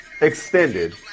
extended